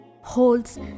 holds